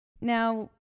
now